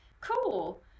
Cool